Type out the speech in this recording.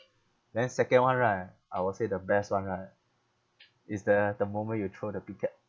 then second one right I will say the best one right is the the moment you throw the picket